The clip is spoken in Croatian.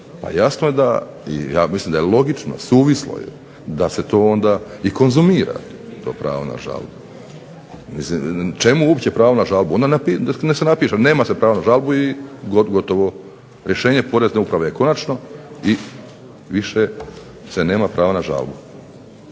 jasno je da, i ja mislim da je logično, suvislo je da se to onda i konzumira to pravo na žalbu. Mislim čemu uopće pravo na žalbu? Onda nek se napiše nema se pravo na žalbu i gotovo. Rješenje Porezne uprave je konačno i više se nema pravo na žalbu.